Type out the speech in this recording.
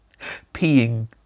peeing